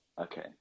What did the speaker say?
Okay